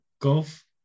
golf